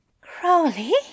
Crowley